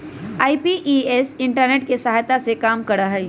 IMPS internet के सहायता से काम करा हई